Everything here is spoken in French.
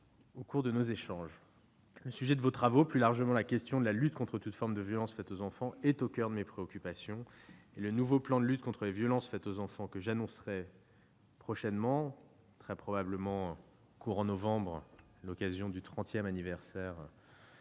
au cours de nos échanges. Le sujet de vos travaux, plus largement la question de la lutte contre toutes formes de violences faites aux enfants, est au coeur de mes préoccupations. Le nouveau plan de lutte contre les violences faites aux enfants, que j'annoncerai prochainement, très probablement dans le courant du mois de novembre, à l'occasion du trentième anniversaire de